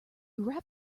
rap